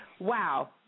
Wow